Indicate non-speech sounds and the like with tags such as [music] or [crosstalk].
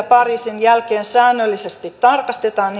[unintelligible] pariisin jälkeen säännöllisesti tarkastetaan [unintelligible]